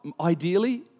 Ideally